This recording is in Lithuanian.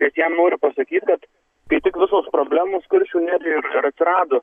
bet jam noriu pasakyt kad kaip tik visos problemos kuršių nerijoj ir atsirado